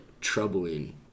troubling